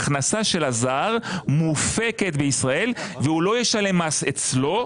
ההכנסה של הזר מופקדת בישראל והוא לא ישלם מס אצלו,